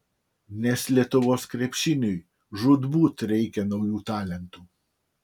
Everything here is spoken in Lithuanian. nes lietuvos krepšiniui žūtbūt reikia naujų talentų